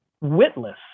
witless